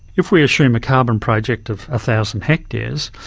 if we assume a carbon project of a thousand hectares,